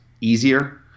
easier